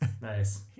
Nice